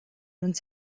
uns